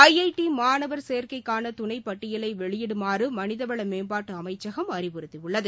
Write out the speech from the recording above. ஜஜடி மாணவர் சேர்க்கைக்கான துணை பட்டியலை வெளியிடுமாறு மனிதவள மேம்பாட்டு அமைச்சகம் அறிவுறுத்தி உள்ளது